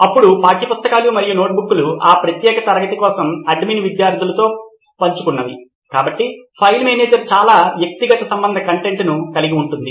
అప్పుడు పాఠ్యపుస్తకాలు మరియు నోట్బుక్లు ఆ ప్రత్యేక తరగతి కోసం అడ్మిన్ విద్యార్థులతో పంచుకున్నవి కాబట్టి ఫైల్ మేనేజర్ చాలా వ్యక్తి సంబంధ కంటెంట్ను కలిగి ఉంటుంది